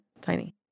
Tiny